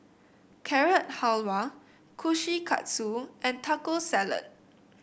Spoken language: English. Carrot Halwa Kushikatsu and Taco Salad